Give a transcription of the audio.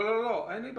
לא, אין לי בעיה.